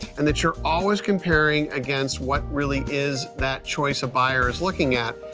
and that you're always comparing against what really is that choice a buyer is looking at,